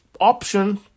option